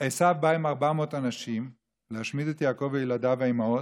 עשו בא עם 400 אנשים להשמיד את יעקב וילדיו והאימהות,